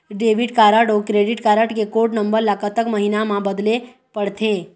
Debit card अऊ credit card के code number ला कतक महीना मा बदले पड़थे?